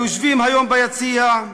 היושבים היום ביציע,